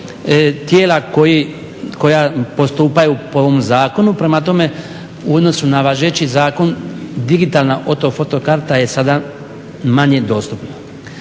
tijela koja postupaju po ovom zakonu. Prema tome u odnosu na važeći zakon digitalna ortofoto karta je sada manje dostupna.